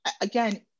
again